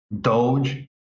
Doge